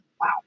wow